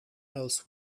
else